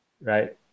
right